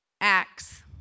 Acts